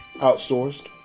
outsourced